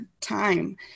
time